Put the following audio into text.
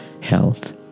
health